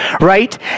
right